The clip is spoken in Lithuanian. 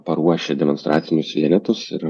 paruošę demonstracinius vienetus ir